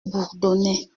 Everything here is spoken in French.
bourdonnaient